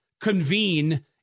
convene